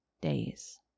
days